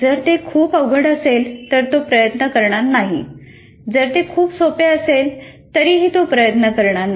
जर ते खूप अवघड असेल तर तो प्रयत्न करणार नाही जर ते खूप सोपे असेल तरीही तो प्रयत्न करणार नाही